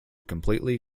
completely